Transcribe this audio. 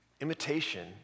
imitation